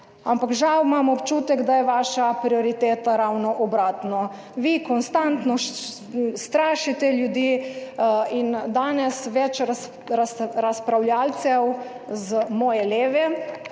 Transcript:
ampak žal imam občutek, da je vaša prioriteta ravno obratno. Vi konstantno strašite ljudi in danes več razpravljavcev z moje leve